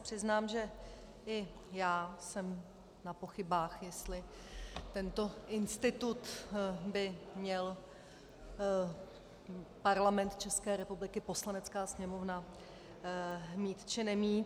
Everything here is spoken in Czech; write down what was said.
Přiznám se, že i já jsem na pochybách, jestli tento institut by měl Parlament České republiky, Poslanecká sněmovna mít, či nemít.